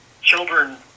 children